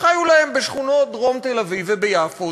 שחיו להם בשכונות דרום תל-אביב וביפו,